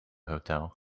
hotel